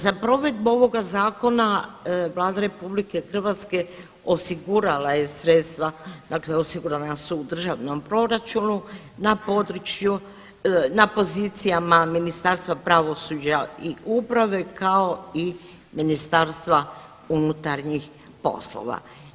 Za provedbu ovoga Zakona Vlada Republike Hrvatske osigurala je sredstva dakle osigurana su u državnom proračunu na području, na pozicijama Ministarstva pravosuđa i uprave kao i Ministarstva unutarnjih poslova.